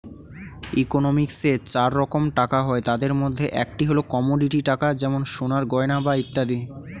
ইকোনমিক্সে চার রকম টাকা হয়, তাদের মধ্যে একটি হল কমোডিটি টাকা যেমন সোনার গয়না বা ইত্যাদি